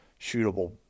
shootable